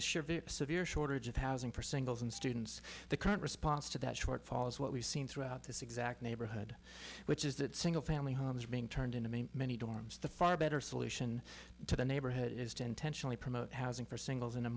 a severe shortage of housing for singles and students the current response to that shortfall is what we've seen throughout this exact neighborhood which is that single family homes are being turned into many many dorms the far better solution to the neighborhood is to intentionally promote housing for singles in